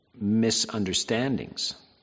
Misunderstandings